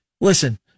listen